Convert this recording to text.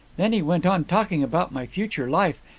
then he went on talking about my future life,